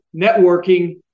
Networking